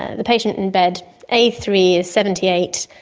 the patient in bed a three is seventy eight,